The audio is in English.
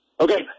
Okay